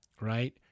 Right